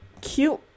cute